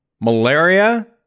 Malaria